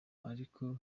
ariko